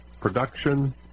production